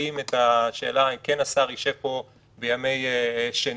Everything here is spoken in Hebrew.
שמנכים את השאלה אם השר ישב פה בימי שני,